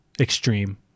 Extreme